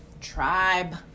tribe